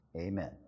Amen